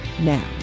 now